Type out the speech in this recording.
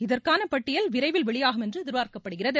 இதற்கான பட்டியல் விரைவில் வெளியாகும் என்று எதிர்பார்க்கப்படுகிறது